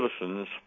citizens